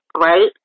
Right